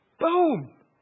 Boom